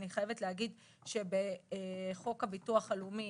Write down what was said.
אני חייבת להגיד שבחוק הביטוח הלאומי